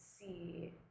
see